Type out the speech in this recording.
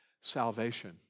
salvation